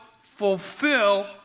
fulfill